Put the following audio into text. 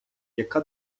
яка